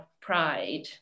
pride